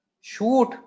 shoot